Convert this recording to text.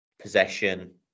possession